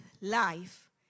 life